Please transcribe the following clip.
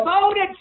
voted